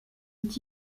est